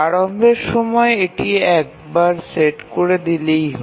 আরম্ভের সময় এটি একবার সেট করে দিলেই হয়